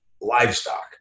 livestock